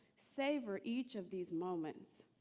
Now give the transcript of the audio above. savor each of these moments,